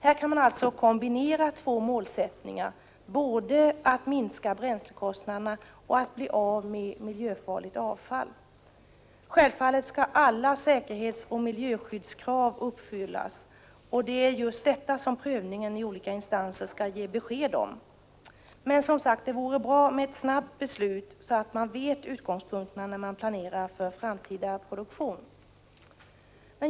Här kan man alltså kombinera två målsättningar, både att minska bränslekostnaderna och att bli av med miljöfarligt avfall. Självfallet skall alla säkerhetsoch miljöskyddskrav uppfyllas, och det är just detta som prövningen i olika instanser skall ge besked om. Men, som sagt, det vore bra med ett snabbt beslut så att man vet utgångspunkterna när man planerar för framtida produktion.